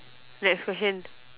next question